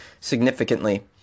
significantly